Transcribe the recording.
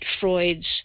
Freud's